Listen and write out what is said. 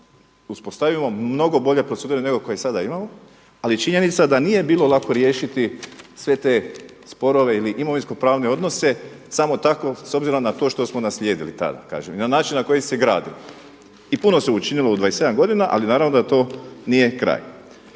uspostavimo mnogo bolje procedure nego koje sada imamo, ali je činjenica da nije bilo lako riješiti sve te sporove ili imovinskopravne odnose samo tako s obzirom na to što smo naslijedili tada kažem i na način na koji se gradi. I puno se učinilo u 27 godina, ali naravno da to nije kraj.